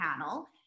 panel